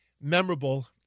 memorable